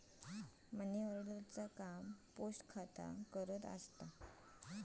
money order चा काम post खाता करता